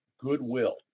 goodwill